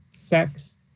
sex